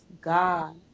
God